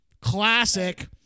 Classic